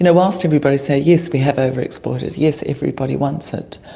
and whilst everybody says, yes, we have overexploited, yes, everybody wants it,